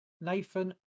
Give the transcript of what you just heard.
Nathan